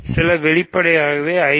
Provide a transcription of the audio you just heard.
சில வெளிப்படையாகவே I J